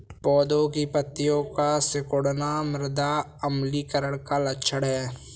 पौधों की पत्तियों का सिकुड़ना मृदा अम्लीकरण का लक्षण है